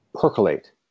percolate